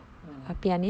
mm